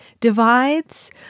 divides